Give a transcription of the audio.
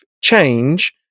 change